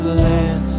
land